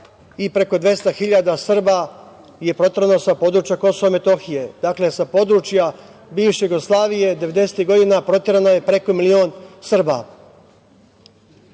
i preko 200.000 Srba je proterano sa područja Kosova i Metohije. Dakle, sa područja bivše Jugoslavije devedesetih godina je proterano preko milion Srba.